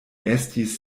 estis